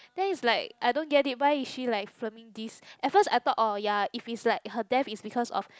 then is like I don't get it why is she like filming this at first I thought orh ya if it's like her death is because of